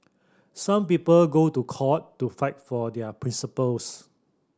some people go to court to fight for their principles